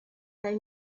they